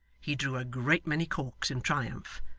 he drew a great many corks in triumph,